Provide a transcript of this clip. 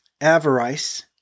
Avarice